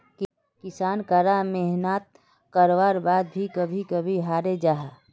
किसान करा मेहनात कारवार बाद भी कभी कभी हारे जाहा